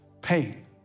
pain